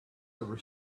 ever